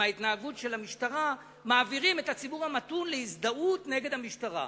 עם ההתנהגות של המשטרה מעבירים את הציבור המתון להזדהות נגד המשטרה.